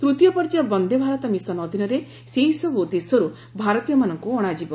ତୂତୀୟ ପର୍ଯ୍ୟାୟ ବନ୍ଦେ ଭାରତ ମିଶନ୍ ଅଧୀନରେ ସେହିସବ୍ ଦେଶର୍ ଭାରତୀୟମାନଙ୍କ ଅଣାଯିବ